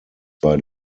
bei